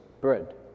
bread